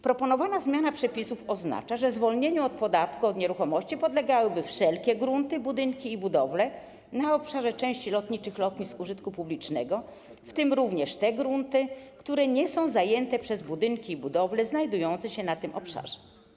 Proponowana zmiana przepisów oznacza, że zwolnieniu od podatku od nieruchomości podlegałyby wszelkie grunty, budynki i budowle na obszarze części lotniczych lotnisk użytku publicznego, w tym również te grunty, które nie są zajęte przez budynki i budowle znajdujące się na tym obszarze.